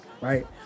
right